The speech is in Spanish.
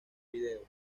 videos